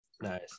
Nice